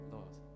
Lord